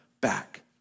back